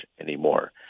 anymore